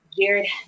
Jared